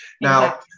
Now